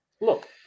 look